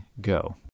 go